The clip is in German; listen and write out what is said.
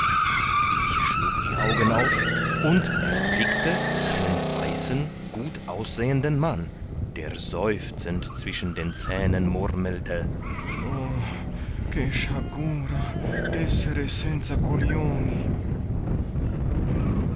ich schlug die augen auf und erblickte einen weißen gut aussehenden mann der seufzend zwischen den zähnen murmelte o